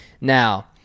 Now